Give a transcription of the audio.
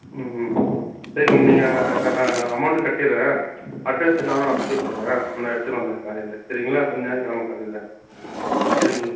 ம்ம் சரி மேம் நீங்கள் ஆ ஆ அமௌன்ட் கட்டிடுறேன் அட்ரஸு நானும் அம்ச்சுவிட்டுறேன் நான் எடுத்துனு வந்துடுறேன் காலையில் சரிங்களா ஞாயிற்றுக்கெழம காலையில் சரி மேடம்